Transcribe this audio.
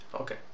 Okay